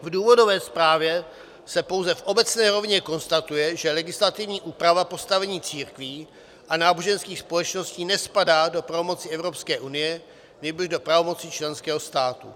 V důvodové zprávě se pouze v obecné rovině konstatuje, že legislativní úprava postavení církví a náboženských společností nespadá do pravomoci Evropské unie, nýbrž do pravomoci členského státu.